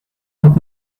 und